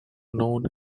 known